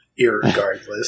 irregardless